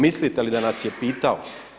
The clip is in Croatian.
Mislite li da nas je pitao?